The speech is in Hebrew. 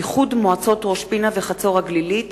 איחוד מועצות ראש-פינה וחצור הגלילית,